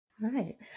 Right